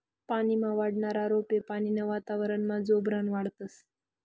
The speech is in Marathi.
पानीमा वाढनारा रोपे पानीनं वातावरनमा जोरबन वाढतस